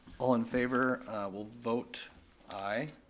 all in favor will vote aye.